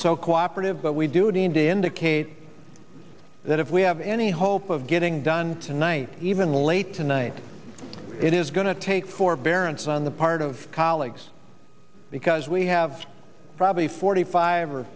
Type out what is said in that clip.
so cooperative that we do to and indicate that if we have any hope of getting done tonight even late tonight it is going to take forbearance on the part of colleagues because we have probably forty five or